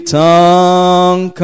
tongue